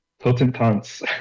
Totentanz